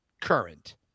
current